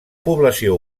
població